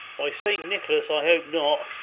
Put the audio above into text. by saint nicholas, i hope not.